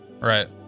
right